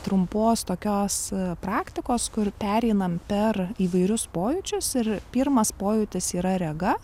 trumpos tokios praktikos kur pereinam per įvairius pojūčius ir pirmas pojūtis yra rega